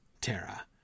Terra